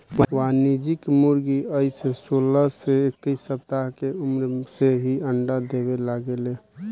वाणिज्यिक मुर्गी अइसे सोलह से इक्कीस सप्ताह के उम्र से ही अंडा देवे लागे ले